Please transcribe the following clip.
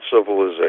civilization